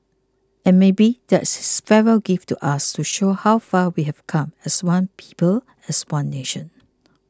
and maybe that's his farewell gift to us to show how far we've come as one people as one nation